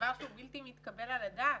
דבר שהוא בלתי מתקבל על הדעת.